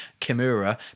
Kimura